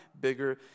bigger